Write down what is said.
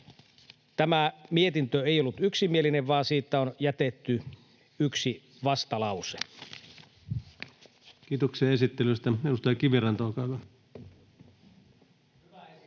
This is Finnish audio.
Tämä mietintö ei ollut yksimielinen, vaan siitä on jätetty yksi vastalause. Kiitoksia esittelystä. — Edustaja Kiviranta, olkaa hyvä.